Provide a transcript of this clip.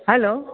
hello